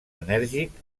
enèrgic